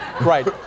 Right